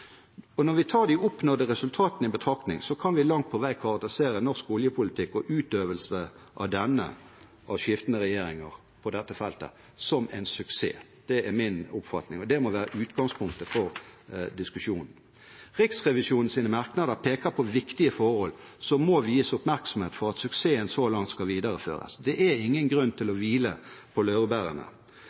Når vi tar de oppnådde resultatene i betraktning, kan vi langt på vei karakterisere norsk oljepolitikk og utøvelse av denne av skiftende regjeringer som en suksess på dette feltet. Det er min oppfatning, og det må være utgangspunktet for diskusjonen. Riksrevisjonens merknader peker på viktige forhold som må vies oppmerksomhet for at suksessen så langt skal videreføres – det er ingen grunn til å hvile på laurbærene.